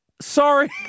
Sorry